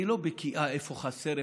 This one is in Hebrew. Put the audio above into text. אני לא בקיאה איפה חסר,